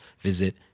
visit